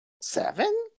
seven